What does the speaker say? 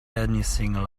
anything